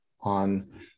on